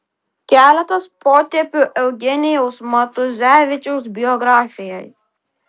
keletas potėpių eugenijaus matuzevičiaus biografijai